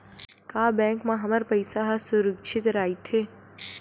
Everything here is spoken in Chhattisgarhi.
का बैंक म हमर पईसा ह सुरक्षित राइथे?